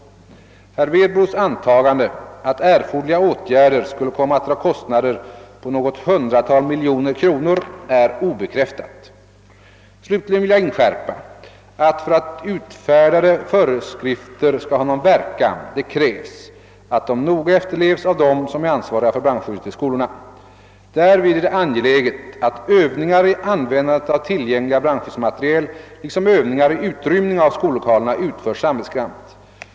Herr Werbros antagande att erforderliga åtgärder skulle komma att dra kostnader på något hundratal miljoner kronor är obekräftat. Slutligen vill jag inskärpa att för att utfärdade föreskrifter skall ha någon verkan krävs att de noga efterlevs av dem som är ansvariga för brandskyddet i skolorna. Därvid är det angeläget att övningar i användandet av tillgänglig brandskyddsmateriel liksom Öövningar i utrymning av skollokalerna utförs samvetsgrant.